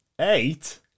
Eight